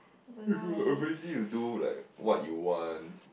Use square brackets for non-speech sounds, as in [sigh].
[noise] imagine you do like what you want